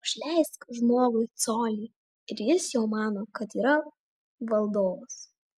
užleisk žmogui colį ir jis jau mano kad yra valdovas